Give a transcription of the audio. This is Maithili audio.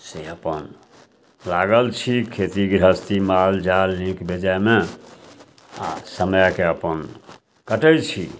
से अपन लागल छी खेती गृहस्थी माल जाल नीक बेजायमे आओर समयके अपन कटय छी